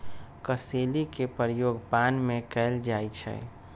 कसेली के प्रयोग पान में कएल जाइ छइ